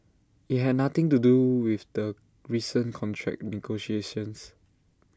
IT had nothing to do with the recent contract negotiations